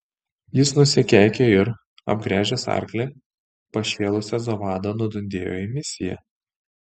jis nusikeikė ir apgręžęs arklį pašėlusia zovada nudundėjo į misiją